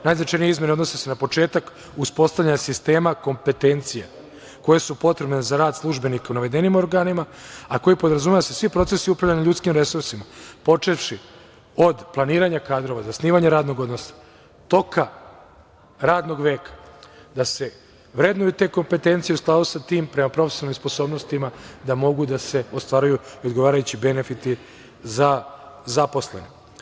Najznačajnije izmene se odnose na početak uspostavljanja sistema kompetencija koje su potrebne za rad službenika u navedenim organima, a koje podrazumevaju da se svi procesi upravljanja ljudskim resursima, počevši od planiranja kadrova, zasnivanja radnog odnosa, toka radnog veka, da se vrednuju te kompetencije u skladu sa tim prema profesionalnim sposobnostima, da mogu da se ostvaruju odgovarajući benefiti za zaposlene.